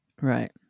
Right